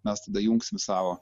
mes tada jungsim savo